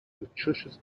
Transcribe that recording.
nutritious